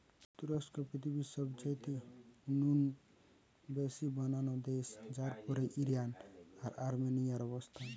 তুরস্ক পৃথিবীর সবচাইতে নু বেশি খোবানি বানানা দেশ যার পরেই ইরান আর আর্মেনিয়ার অবস্থান